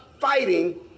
fighting